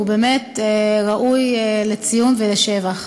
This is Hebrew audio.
והוא באמת ראוי לציון ולשבח.